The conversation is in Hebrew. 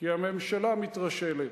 כי הממשלה מתרשלת,